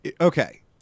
okay